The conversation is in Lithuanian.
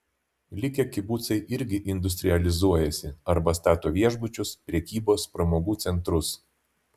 likę kibucai irgi industrializuojasi arba stato viešbučius prekybos pramogų centrus